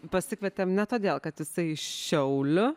pasikvietėm ne todėl kad jisai iš šiauliu